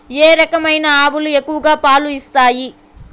ఏ రకమైన ఆవులు ఎక్కువగా పాలు ఇస్తాయి?